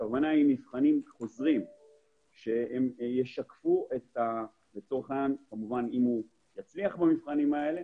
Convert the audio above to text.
הכוונה היא מבחנים חוזרים שישקפו כמובן אם הוא יצליח במבחנים האלה